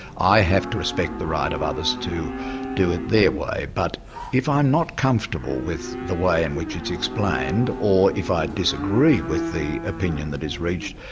i have to respect the right of others to do it their way. but if i'm not comfortable with the way in which it's explained, or if i disagree with the opinion that is reached,